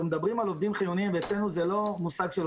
אתם מדברים על עובדים חיוניים ואצלנו המושג הוא לא